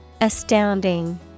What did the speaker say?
Astounding